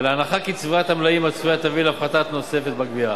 ועל ההנחה כי צבירת המלאים הצפויה תביא להפחתה נוספת בגבייה.